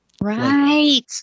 Right